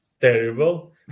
terrible